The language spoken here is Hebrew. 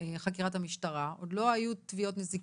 חקירת המשטרה, עוד לא היו תביעות נזיקיות.